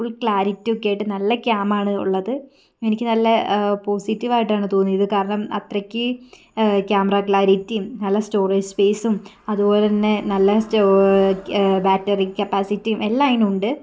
full clarity ഒക്കെ ആയിട്ട് നല്ല ക്യാം ആണ് ഉള്ളത് എനിക്ക് നല്ല പോസിറ്റീവ് ആയിട്ടാണ് തോന്നിയത് കാരണം അത്രക്ക് ക്യാമറ ക്ലാരിറ്റിയും നല്ല സ്റ്റോറേജ് സ്പേസും അതുപോലെ തന്നെ നല്ല ബേറ്ററി കപ്പാസിറ്റിയും എല്ലാം അതിനുണ്ട്